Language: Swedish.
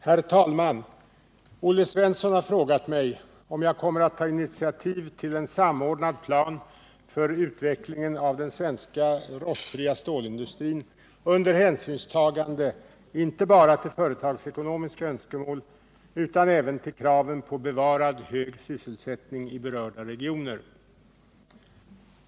Herr talman! Olle Svensson har frågat mig om jag kommer att ta initiativ till en samordnad plan för utvecklingen av den svenska rostfritt-stål-industrin under hänsynstagande inte bara till företagsekonomiska önskemål utan även till kraven på bevarad hög sysselsättning i berörda regioner.